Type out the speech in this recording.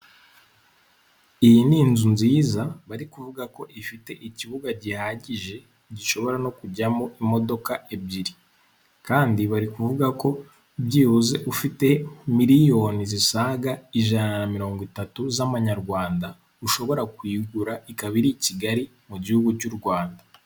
Iyi ni inzu nziza bari kuvuga ko ifite ikibuga gihagije gishobora no kujyamo imodoka ebyiri, kandi bari kuvuga ko byibuze ufite miliyoni zisaga ijana na mirongo itatu, z'amanyarwanda ushobora kuyigura ikaba iri i kigali mu gihugu cy'u rwanda.